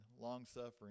long-suffering